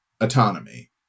autonomy